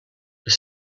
les